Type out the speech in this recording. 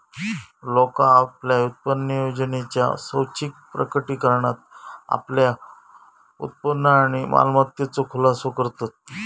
लोका आपल्या उत्पन्नयोजनेच्या स्वैच्छिक प्रकटीकरणात आपल्या उत्पन्न आणि मालमत्तेचो खुलासो करतत